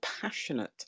passionate